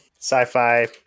sci-fi